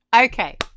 Okay